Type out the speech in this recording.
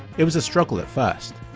it was a struggle at first.